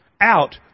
out